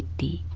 da